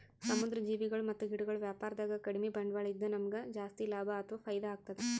ಸಮುದ್ರ್ ಜೀವಿಗೊಳ್ ಮತ್ತ್ ಗಿಡಗೊಳ್ ವ್ಯಾಪಾರದಾಗ ಕಡಿಮ್ ಬಂಡ್ವಾಳ ಇದ್ದ್ ನಮ್ಗ್ ಜಾಸ್ತಿ ಲಾಭ ಅಥವಾ ಫೈದಾ ಆಗ್ತದ್